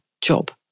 job